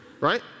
right